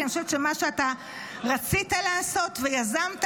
כי אני חושבת שמה שאתה רצית לעשות ויזמת